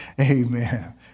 Amen